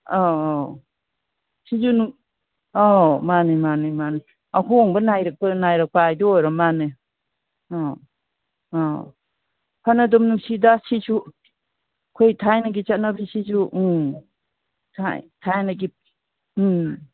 ꯑꯧ ꯑꯧ ꯁꯤꯁꯨ ꯑꯧ ꯃꯥꯅꯤ ꯃꯥꯅꯤ ꯃꯥꯅꯤ ꯑꯍꯣꯡꯕ ꯅꯥꯏꯔꯛꯄ ꯍꯥꯏꯗꯣ ꯑꯣꯏꯔ ꯃꯥꯜꯂꯦ ꯑ ꯑ ꯐꯅꯗꯨꯝ ꯅꯨꯡꯁꯤꯗ ꯁꯤꯁꯨ ꯑꯩꯈꯣꯏ ꯊꯥꯏꯅꯒꯤ ꯆꯠꯅꯕꯤꯁꯤꯁꯨ ꯎꯝ ꯊꯥꯏꯅꯒꯤ ꯎꯝ